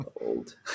old